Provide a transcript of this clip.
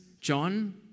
John